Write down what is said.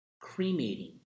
cremating